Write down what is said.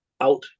out